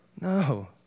No